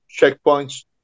checkpoints